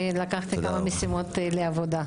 לקחתי כמה משימות לעבודה.